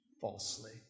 falsely